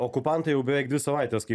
okupantai jau beveik dvi savaitės kaip